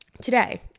today